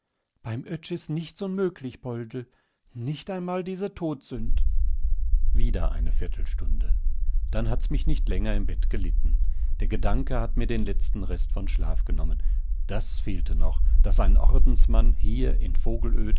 beim oetsch ist nichts unmöglich poldl nicht einmal diese todsünd wieder eine viertelstunde dann hat's mich nicht länger im bett gelitten der gedanke hat mir den letzten rest von schlaf genommen das fehlte noch daß ein ordensmann hier in vogelöd